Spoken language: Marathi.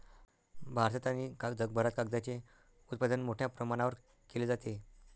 भारतात आणि जगभरात कागदाचे उत्पादन मोठ्या प्रमाणावर केले जाते